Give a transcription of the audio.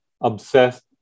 obsessed